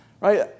right